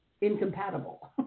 incompatible